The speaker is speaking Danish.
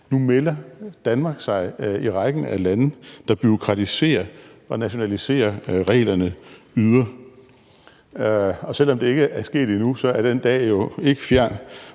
Nu melder Danmark sig i rækken af lande, der bureaukratiserer og nationaliserer reglerne yderligere. Og selv om det ikke er sket endnu, er den dag jo ikke fjern,